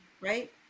right